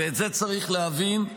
ואת זה צריך להבין,